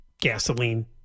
Gasoline